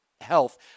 health